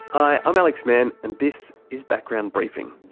i'm alex mann and this is background briefing.